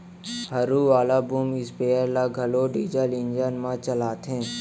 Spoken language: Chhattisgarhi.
हरू वाला बूम स्पेयर ल घलौ डीजल इंजन म चलाथें